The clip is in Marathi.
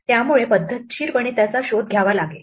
त्यामुळे पद्धतशीरपणे त्याचा शोध घ्यावा लागेल